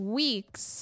weeks